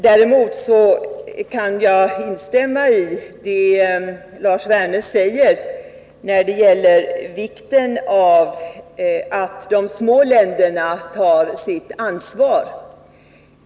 Däremot kan jag instämma i det Lars Werner sade när det gäller vikten av att de små länderna tar sitt ansvar.